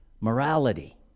Morality